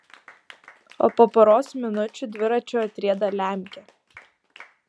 o po poros minučių dviračiu atrieda lemkė